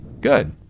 good